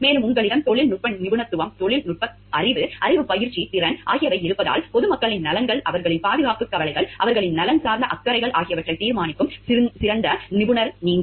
மேலும் உங்களிடம் தொழில்நுட்ப நிபுணத்துவம் தொழில்நுட்பத் தொழில்நுட்ப அறிவு அறிவுப் பயிற்சி திறன் திறன் ஆகியவை இருப்பதால் பொதுமக்களின் நலன்கள் அவர்களின் பாதுகாப்புக் கவலைகள் அவர்களின் நலன் சார்ந்த அக்கறைகள் ஆகியவற்றைத் தீர்மானிக்கும் சிறந்த நிபுணர் நீங்கள்